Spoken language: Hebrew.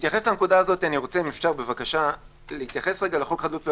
אני רוצה להתייחס לחוק חדלות פירעון,